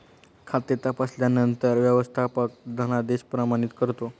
खाते तपासल्यानंतर व्यवस्थापक धनादेश प्रमाणित करतो